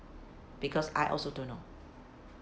because I also don't know